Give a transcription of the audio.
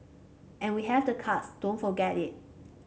and we have the cards don't forget it